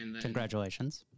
Congratulations